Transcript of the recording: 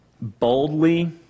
boldly